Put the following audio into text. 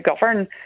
govern